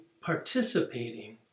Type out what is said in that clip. participating